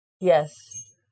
Yes